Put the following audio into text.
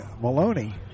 Maloney